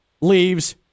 leaves